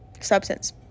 substance